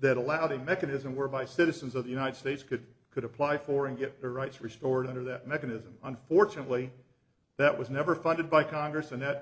that allowed a mechanism whereby citizens of the united states could could apply for and get their rights restored under that mechanism unfortunately that was never funded by congress and that